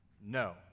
No